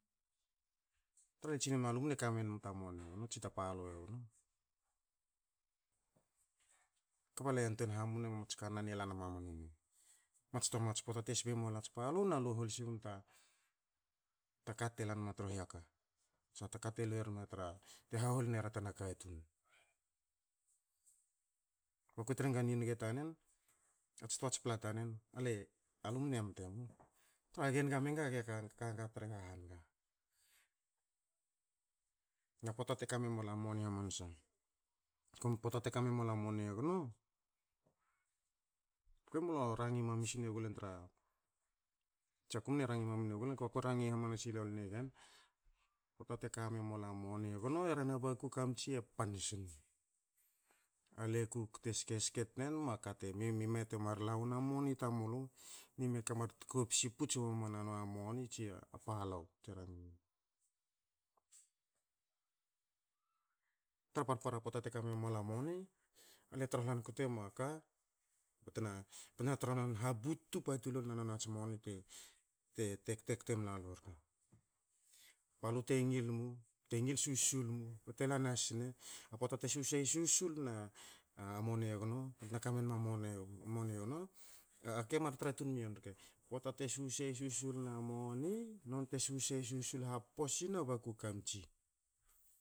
A le tsinenum alu mne ka menum ta moni egno tsi ta palou egno. Kba lu e yantuein hamu nemu a mats kannan e lan mama ni me. Mats mats pota te sbe mualu mats palou nalu hol sibum ta- taka te lanma tru hiaka tsa taka te luerma te haholi nenu tana katun. Bako trenga ni niga tan enats toats pla tanen. ale alu mne mte mu traha ge niga menga ge kaga tre ga han ga na pota te kame mualu a moni hamansa. Pota te ka memualu a moni egno. A kue mlo rangi mami sinegulen tsa ko rangi hamanasi lloli negen. Pota te ka memalu a moni egno, e rhena baku kamtsi e pan sne. Ale kukte skeske tnenma ka ni me te mar lawna moni tamulu ni me te mar tkopsi puts wo mamana noni a moni, tsi a palou. Tra parpara poata te ka memualu a moni, ale trolan kate mua ka te trohlan hatubtu patu lolna no niats moni te kte mlalu rke. Balu te ngil susul mu la nasne, na pota te susei susul na moni egno, ba ka menma moni egno, aga ke mar tra tun miyen rke. Pota te susul na moni nonte susei susul happo sina baku kamtsi, baku kamtsi